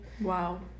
Wow